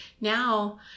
Now